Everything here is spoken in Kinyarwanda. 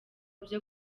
byo